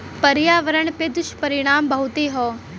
पर्यावरण पे दुष्परिणाम बहुते हौ